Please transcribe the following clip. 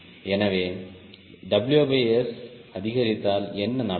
எனவே WS அதிகரித்தால் என்ன நடக்கும்